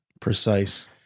Precise